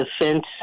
defense